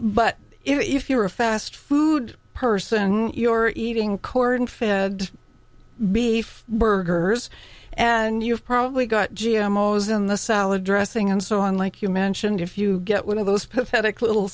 but if you're a fast food person you're eating corn fed beef burgers and you've probably got g m o's in the salad dressing and so on like you mentioned if you get one of those pathetic little